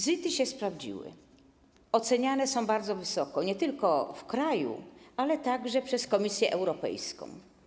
ZIT-y się sprawdziły, oceniane są bardzo wysoko nie tylko w kraju, ale także przez Komisję Europejską.